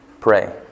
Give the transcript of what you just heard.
Pray